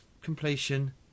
completion